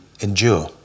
endure